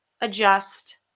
adjust